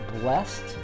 blessed